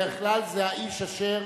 בדרך כלל זה האיש אשר